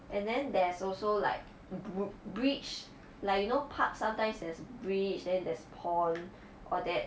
and then there's also like book bridge like you know park sometimes as bridge then there's pond or that